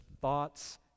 thoughts